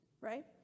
right